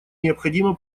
необходима